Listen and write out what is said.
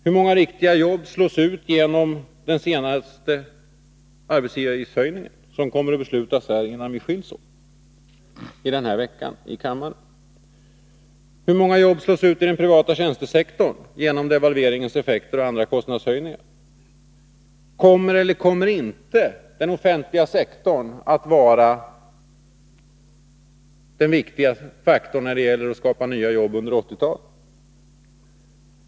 Hur många riktiga jobb slås ut genom den senaste arbetsgivaravgiftshöjningen, som kommer att beslutas innan kammaren denna vecka skils åt? Kommer eller kommer inte den offentliga sektorn att vara den viktiga faktorn när det gäller att skapa nya jobb under 1980-talet?